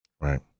Right